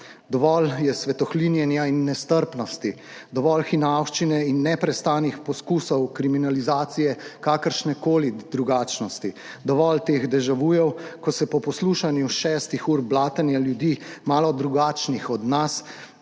Dovolj je svetohlinjenja in nestrpnosti, dovolj hinavščine in neprestanih poskusov kriminalizacije kakršnekoli drugačnosti, dovolj teh deja vujev, ko se po poslušanju šestih ur blatenja ljudi, malo drugačnih od nas, ki